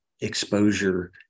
exposure